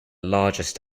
largest